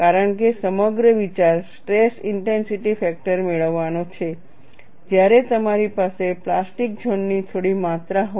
કારણ કે સમગ્ર વિચાર સ્ટ્રેસ ઇન્ટેન્સિટી ફેક્ટર મેળવવાનો છે જ્યારે તમારી પાસે પ્લાસ્ટિક ઝોન ની થોડી માત્રા હોય